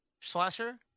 Slasher